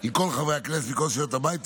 של חברי כנסת מכל סיעות הבית,